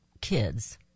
kids